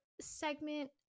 segment